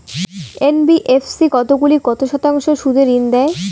NBFC কতগুলি কত শতাংশ সুদে ঋন দেয়?